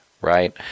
right